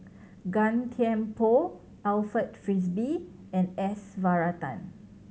Gan Thiam Poh Alfred Frisby and S Varathan